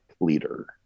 leader